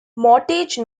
mortgage